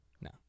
no